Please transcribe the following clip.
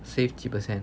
saved 几 percent